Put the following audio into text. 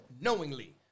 knowingly